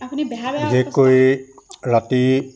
বিশেষ কৰি ৰাতি